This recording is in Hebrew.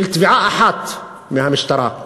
לתביעה אחת מהמשטרה: